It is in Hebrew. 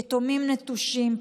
יתומים נטושים,